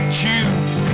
choose